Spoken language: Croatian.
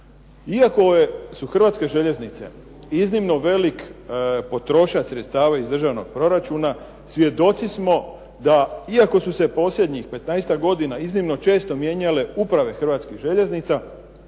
Iako su Hrvatske željeznice iznimno velik potrošač sredstava iz državnog proračuna, svjedoci smo da iako su se posljednjih 15-ak godina iznimno često mijenjale uprave Hrvatskih željeznica,